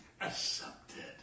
accepted